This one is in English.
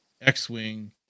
X-Wing